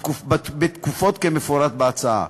בתקופות כמפורט בהצעה.